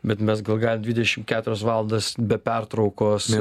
bet mes gal galim dvidešimt keturias valandas be pertraukos